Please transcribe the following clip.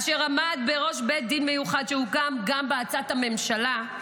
אשר עמד בראש בית דין מיוחד שהוקם גם בעצת הממשלה,